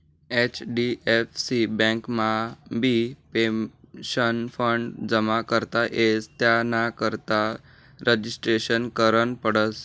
HDFC बँकमाबी pension fund जमा करता येस त्यानाकरता रजिस्ट्रेशन करनं पडस